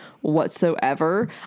whatsoever